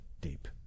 deep